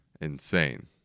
insane